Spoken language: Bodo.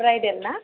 ब्राइडेल ना